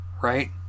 right